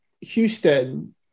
Houston